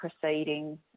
proceeding